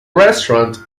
restaurant